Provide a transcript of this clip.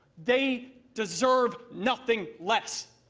they deserve nothing less.